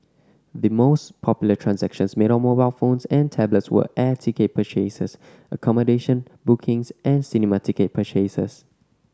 the most popular transactions made on mobile phones and tablets were air ticket purchases accommodation bookings and cinema ticket purchases